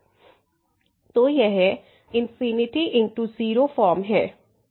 तो यह ∞×0 फॉर्म है